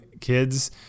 kids